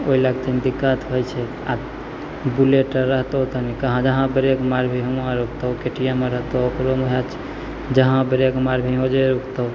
ओहिलए कनि दिक्कत होइ छै आओर बुलेट रहतौ तनि कहाँ जहाँ ब्रेक मारबही हुआँ रुकतौ के टी एम आर होतौ ओकरोमे वएह छै जहाँ ब्रेक मारबही ओजे रुकतौ